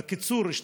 בקיצור,